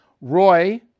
Roy